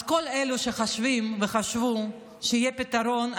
אז כל אלו שחושבים וחשבו שיהיה פתרון,